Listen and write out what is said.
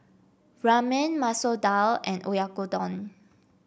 Ramen Masoor Dal and Oyakodon